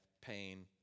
pain